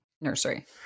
nursery